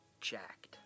jacked